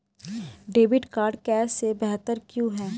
Debit card cash से बेहतर क्यों है?